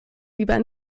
lieber